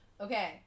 Okay